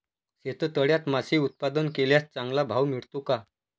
शेततळ्यात मासे उत्पादन केल्यास चांगला भाव मिळतो का?